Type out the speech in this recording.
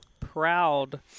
proud